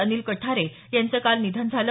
अनिल कठारे यांचं काल निधन झालं